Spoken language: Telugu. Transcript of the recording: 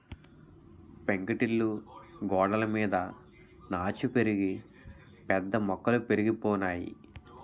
పెంకుటిల్లు గోడలమీద నాచు పెరిగి పెద్ద మొక్కలు పెరిగిపోనాయి